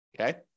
okay